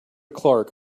clark